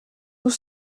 nous